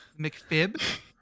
mcfib